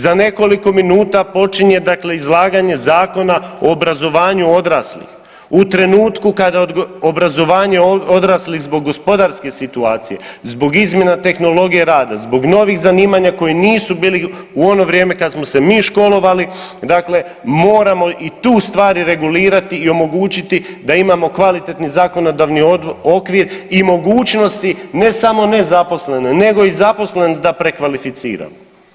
Za nekoliko minuta počinje dakle izlaganje Zakona o obrazovanju odraslih, u trenutku kad obrazovanje odraslih zbog gospodarske situacije, zbog izmjena tehnologije rada, zbog novih zanimanja koja nisu bili u ono vrijeme kad smo se mi školovali moramo i tu stvari regulirati i omogućiti da imamo kvalitetni zakonodavni okvir i mogućnosti ne samo ne zaposlene, nego i zaposlene da prekvalificiramo.